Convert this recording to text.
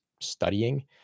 studying